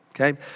okay